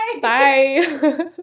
Bye